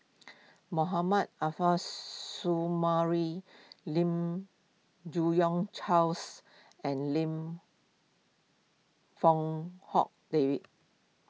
Mohammad Arif Lim Yi Yong Charles and Lim Fong Hock David